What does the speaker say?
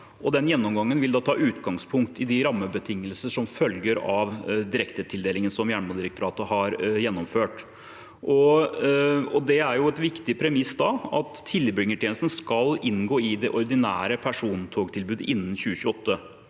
gjennomgangen vil ta utgangspunkt i de rammebetingelser som følger av direktetildelingen som Jernbanedirektoratet har gjennomført. Det er da et viktig premiss at tilbringertjenesten skal inngå i det ordinære persontogtilbudet innen 2028.